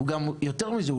יותר מזה,